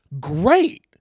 great